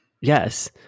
Yes